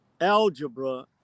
algebra